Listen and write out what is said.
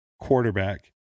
quarterback